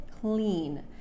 clean